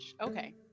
okay